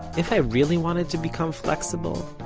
if i really wanted to become flexible,